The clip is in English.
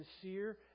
sincere